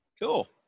Cool